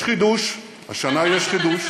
יש חידוש, השנה יש חידוש,